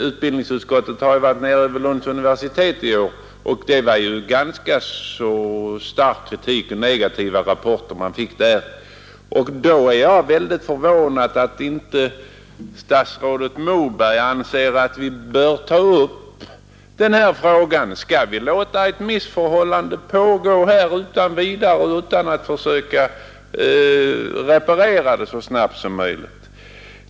Utbildningsutskottets ledamöter har varit nere vid Lunds universitet i år och fick där motta ganska stark kritik och negativa rapporter. Jag är därför mycket förvånad över att statsrådet Moberg inte anser att vi bör ta upp den frågan. Skall vi låta ett sådant här missförhållande få fortsätta utan att försöka ändra på det så snabbt som möjligt?